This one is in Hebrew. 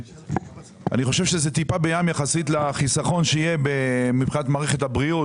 אני חושב שזו טיפה בים יחסית לחיסכון שיהיה מבחינת מערכת הבריאות.